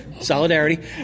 solidarity